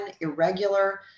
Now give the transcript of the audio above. irregular